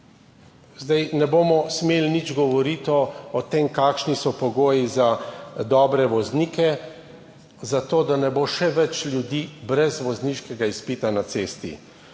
Zdaj ne bomo smeli nič govoriti o tem, kakšni so pogoji za dobre voznike, zato da ne bo še več ljudi brez vozniškega izpita na cesti.